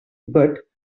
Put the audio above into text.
but